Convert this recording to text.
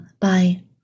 Bye